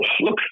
look